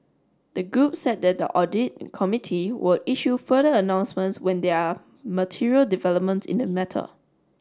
the group said that the audit committee will issue further announcements when there are material developments in the matter